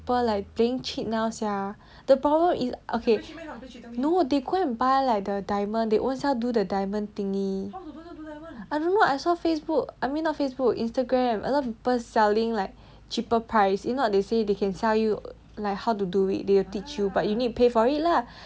people like playing cheat now sia the problem is okay no they go and buy like the diamond they own self do the diamond thingy I don't know I saw facebook I mean not facebook instagram a lot of people selling like cheaper price if not they say they can sell you like how to do it they will teach you but you need to pay for it lah